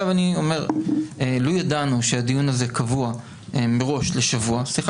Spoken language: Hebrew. אני אומר שלו ידענו שהדיון הזה קבוע מראש לשבוע סליחה